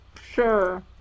Sure